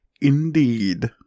Indeed